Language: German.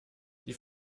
die